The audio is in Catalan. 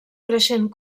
creixent